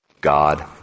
God